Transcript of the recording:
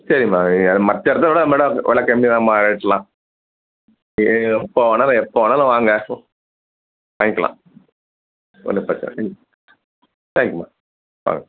சரிமா நீங்கள் மற்ற இடத்த விட நம்ம இடம் விலை கம்மிதாம்மா ரேட்டெலாம் நீங்கள் எப்போ வேண்ணாலும் எப்போ வேண்ணாலும் வாங்க வாங்கிகலாம் ஒன்றும் பிரச்சினல்ல ம் தேங்கியூமா வாங்க